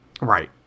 Right